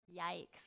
Yikes